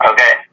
Okay